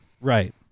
Right